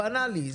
בנאלי.